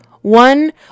one